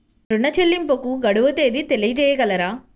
ఋణ చెల్లింపుకు గడువు తేదీ తెలియచేయగలరా?